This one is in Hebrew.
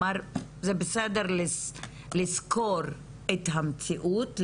זה בסדר לזכור את המציאות,